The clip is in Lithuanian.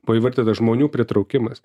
buvo įvardytas žmonių pritraukimas